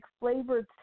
flavored